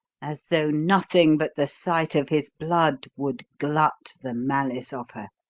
as though nothing but the sight of his blood would glut the malice of her.